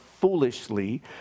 foolishly